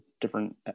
different